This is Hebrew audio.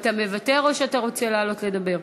אתה מוותר או שאתה רוצה לעלות לדבר?